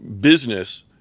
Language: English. business